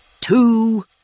two